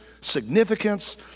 significance